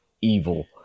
evil